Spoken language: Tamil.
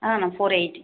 ஆ நான் ஃபோர் எயிட்டி